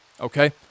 okay